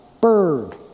Berg